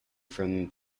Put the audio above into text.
from